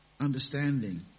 understanding